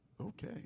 Okay